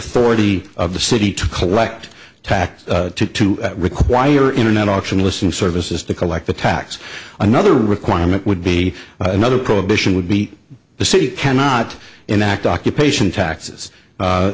authority of the city to collect taxes to require internet auction listing services to collect the tax another requirement would be another prohibition would be the city cannot enact occupation taxes